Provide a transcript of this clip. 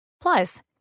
Plus